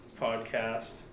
podcast